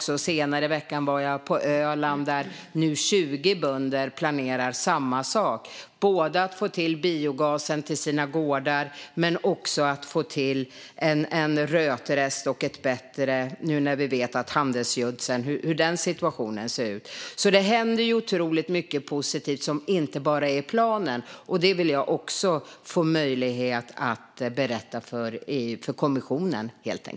Senare i veckan var jag på Öland där 20 bönder planerar samma sak både för att få biogasen till sina gårdar och för att få till en rötrest. Vi vet ju hur situationen för handelsgödsel ser ut nu. Det händer alltså otroligt mycket positivt som inte bara handlar om planen, och det vill jag också få möjlighet att berätta för kommissionen.